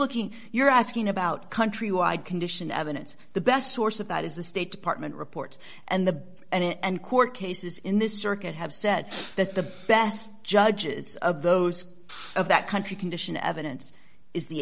looking you're asking about countrywide condition evidence the best source of that is the state department report and the and court cases in this circuit have said that the best judges of those of that country condition evidence is the